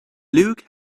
luke